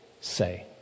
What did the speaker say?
say